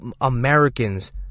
Americans